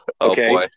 okay